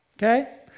Okay